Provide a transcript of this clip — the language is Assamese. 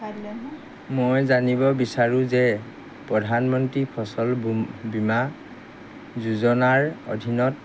মই জানিব বিচাৰোঁ যে প্ৰধানমন্ত্ৰী ফচল বীমা যোজনাৰ অধীনত